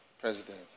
president